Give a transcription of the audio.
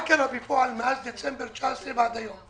מה קרה בפועל מאז דצמבר 2019 ועד היום?